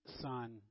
Son